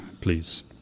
please